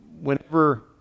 whenever